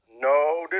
No